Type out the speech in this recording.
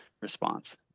response